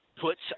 puts